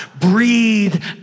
breathe